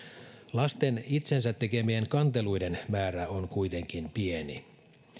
lasten itsensä tekemien kanteluiden määrä on kuitenkin pieni